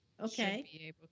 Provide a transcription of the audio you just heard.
Okay